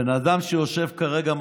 הבן אדם שיושב פה כרגע,